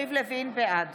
בעד